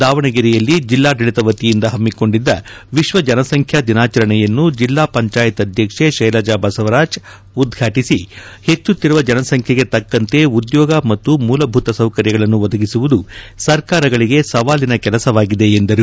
ದಾವಣಗೆರೆಯಲ್ಲಿ ಜಿಲ್ಲಾಡಳಿತ ವತಿಯಿಂದ ಹಮ್ಮಿಕೊಂಡಿದ್ದ ವಿಶ್ವ ಜನಸಂಖ್ಯಾ ದಿನಾಚರಣೆಯನ್ನು ಜಿಲ್ಲಾ ಪಂಚಾಯಿತಿ ಅಧ್ಯಕ್ಷೆ ಶೈಲಜಾ ಬಸವರಾಜ್ ಉದ್ಘಾಟಿಸಿ ಹೆಚ್ಚುತ್ತಿರುವ ಜನಸಂಬೈಗೆ ತಕ್ಕಂತೆ ಉದ್ಯೋಗ ಮತ್ತು ಮೂಲಭೂತ ಸೌಕರ್ಯಗಳನ್ನು ಒದಗಿಸುವುದು ಸರ್ಕಾರಗಳಿಗೆ ಸವಾಲಿನ ಕೆಲಸವಾಗಿದೆ ಎಂದರು